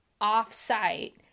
off-site